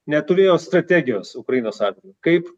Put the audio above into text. neturėjo strategijos ukrainos atveju kaip